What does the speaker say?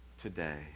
today